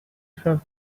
from